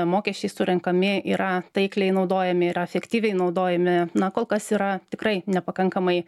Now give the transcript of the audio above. mokesčiai surenkami yra taikliai naudojami yra efektyviai naudojami na kol kas yra tikrai nepakankamai